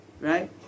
Right